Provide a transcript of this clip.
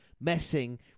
messing